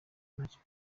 ntacyo